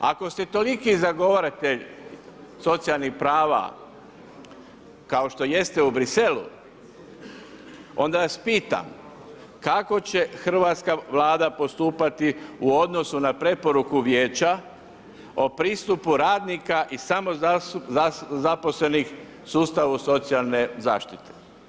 Ako ste toliki zagovaratelj socijalnih prava kao što je jeste u Bruxellesu, onda vas pitam kako će hrvatska Vlada postupati u odnosu na preporuku Vijeća o pristupu radnika i samozaposlenih u sustavu socijalne zaštite.